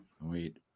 Wait